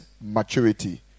maturity